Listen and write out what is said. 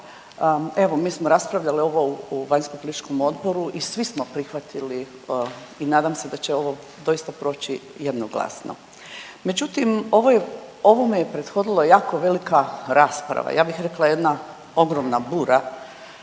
Evo mi smo raspravljali ovo u vanjskopolitičkom odboru i svi smo prihvatili i nadam se da će ovo doista proći jednoglasno. Međutim ovome je prethodila jako velika rasprava, ja bih rekla jedna ogromna bura